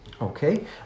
Okay